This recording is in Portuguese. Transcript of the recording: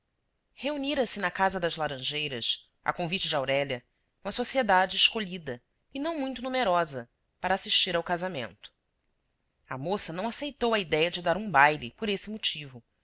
reunira se na casa das laranjeiras a convite de aurélia uma sociedade escolhida e não muito numerosa para assistir ao casamento a moça não aceitou a idéia de dar um baile por esse motivo